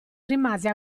rimase